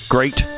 Great